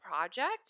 project